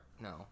No